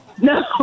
No